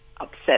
upset